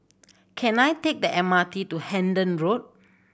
can I take the M R T to Hendon Road